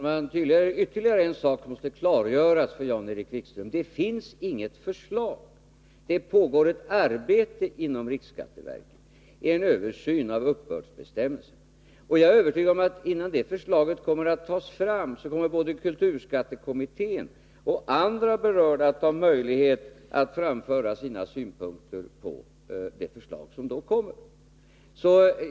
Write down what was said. Herr talman! Det är tydligen ytterligare en sak som måste klargöras för Jan-Erik Wikström: Det finns inget förslag. Det pågår inom riksskatteverket en översyn av uppbördsbestämmelserna. Jag är övertygad om att både kulturskattekommittén och andra berörda kommer att ha möjlighet att framföra sina synpunkter innan ett förslag tas fram.